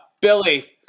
Billy